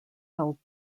held